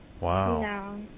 wow